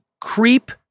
Creep